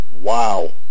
Wow